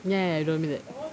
ya ya ya you told me that